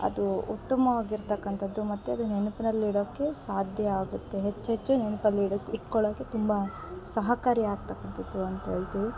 ಅದು ಉತ್ತಮವಾಗಿ ಇರ್ತಕ್ಕಂಥದ್ದು ಮತ್ತು ಅದು ನೆನ್ಪ್ನಲ್ಲಿ ಇಡೋಕೆ ಸಾಧ್ಯ ಆಗುತ್ತೆ ಹೆಚ್ಚೆಚ್ಚು ನೆನ್ಪಲ್ಲಿ ಇಡೋಕೆ ಇಟ್ಕೊಳಕೆ ತುಂಬ ಸಹಕಾರಿ ಆಗ್ತಕ್ಕಥದ್ದು ಅಂತ ಹೇಳ್ತೀವಿ